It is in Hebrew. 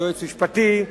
יועץ משפטי,